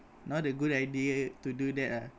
not a good idea to do that ah